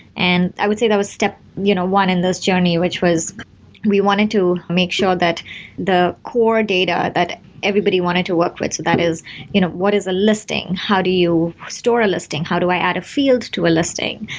and i would say that was step you know one in this journey, which was we wanted to make sure that the core data that everybody wanted to work with that is you know what is a listing? how do you store a listing? how do i add a field to a listing?